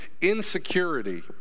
insecurity